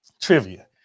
Trivia